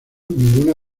ninguna